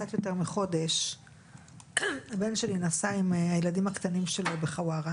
קצת יותר מחודש הבן שלי נסע עם הילדים הקטנים שלו בחווארה